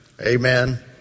Amen